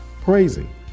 praising